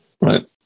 Right